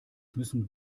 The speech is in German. müssen